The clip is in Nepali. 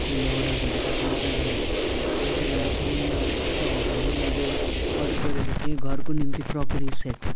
मैले अर्डर गरेको थिएँ र आज भन्दा छ महिना जस्तो अगाडि मैले अर्डर गरेको थिएँ घरको निम्ति क्रकरी सेट